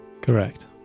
Correct